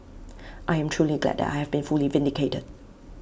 I am truly glad that I have been fully vindicated